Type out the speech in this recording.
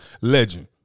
legend